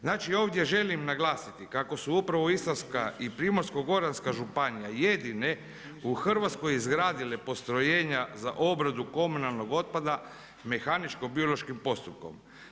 Znači ovdje želim naglasiti kako su upravo Istarska i Primorsko-goranska županija jedine u Hrvatskoj izgradile postrojenja za obradu komunalnog otpada mehaničko-biološkim postupkom.